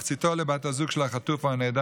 מחציתם לבת הזוג של החטוף או הנעדר